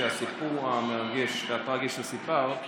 שהסיפור המרגש והטרגי שסיפרת,